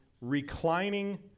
reclining